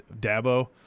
Dabo